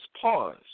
pause